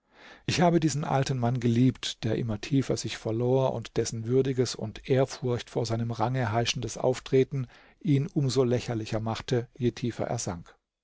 ich habe diesen alten mann geliebt der immer tiefer sich verlor und dessen würdiges und ehrfurcht vor seinem range heischendes auftreten ihn um so lächerlicher machte je tiefer er